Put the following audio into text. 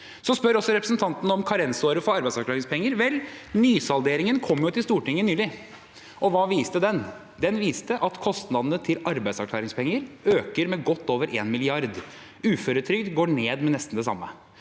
spør også om karensåret for arbeidsavklaringspenger. Vel, nysalderingen kom til Stortinget nylig. Hva viste den? Den viste at kostnadene til arbeidsavklaringspenger øker med godt over 1 mrd. kr. Uføretrygd går ned med nesten det samme.